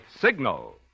Signal